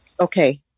Okay